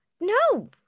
No